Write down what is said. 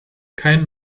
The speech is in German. kein